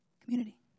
Community